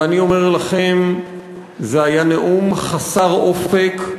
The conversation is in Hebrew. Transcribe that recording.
ואני אומר לכם שזה היה נאום חסר אופק,